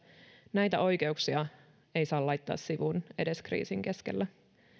näitä oikeuksia ei saa laittaa sivuun edes kriisin keskellä